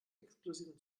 exklusiven